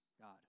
God